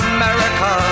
America